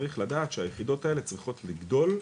צריך לדעת שהיחידות האלה צריכות לגדול.